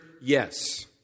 yes